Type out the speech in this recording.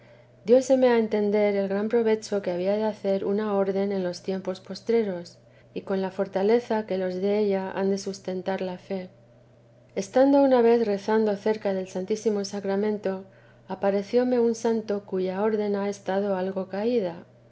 por la iglesia dióseme a entender el gran provecho que había de hacer una orden en los tiempos postreros y con la fortaleza que los della han de sustentar la fe teresa d estando una vez rezando cerca del santísimo sacramento aparecióme un santo cuya orden ha esta algo caída